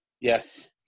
Yes